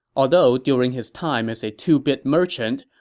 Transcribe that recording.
ah though during his time as a two-bit merchant,